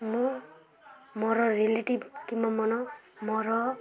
ମୁଁ ମୋର ର ରିଲେଟିଭ୍ କିମ୍ବା ମନ ମୋର